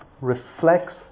reflects